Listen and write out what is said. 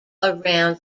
around